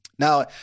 Now